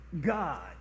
God